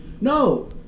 No